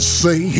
say